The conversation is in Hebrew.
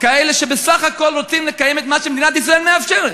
כאלה שבסך הכול רוצים לקיים את מה שמדינת ישראל מאפשרת,